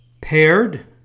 paired